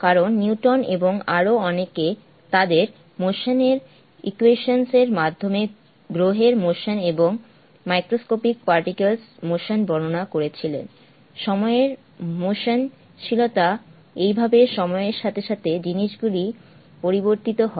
কারণ নিউটন এবং আরও অনেকে তাদের মোশন এর ইকুয়েশনস এর মাধ্যমে গ্রহের মোশন এবং মাইক্রোস্কোপিক পার্টিকলেস মোশন বর্ণনা করেছিলেন সময়ের মোশন শীলতা এইভাবে সময়ের সাথে সাথে জিনিসগুলি পরিবর্তিত হয়